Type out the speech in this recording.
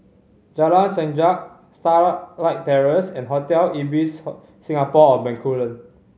Jalan Sajak Starlight Terrace and Hotel Ibis Singapore On Bencoolen